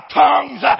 tongues